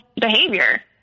behavior